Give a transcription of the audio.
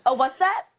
ah what's that?